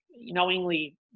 knowingly